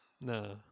No